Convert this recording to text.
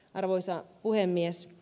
arvoisa puhemies